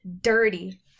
Dirty